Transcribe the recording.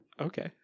Okay